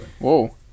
Whoa